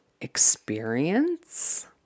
experience